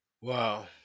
Wow